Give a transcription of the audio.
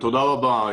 תודה רבה.